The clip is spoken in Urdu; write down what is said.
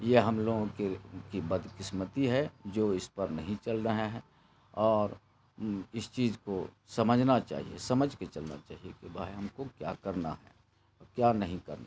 یہ ہم لوگوں کی کی بد قسمتی ہے جو اس پر نہیں چل رہے ہیں اور اس چیز کو سمجھنا چاہیے سمجھ کے چلنا چاہیے کہ بھائی ہم کو کیا کرنا ہے کیا نہیں کرنا ہے